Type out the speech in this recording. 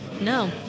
No